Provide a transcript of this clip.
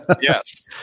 yes